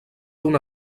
una